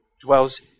dwells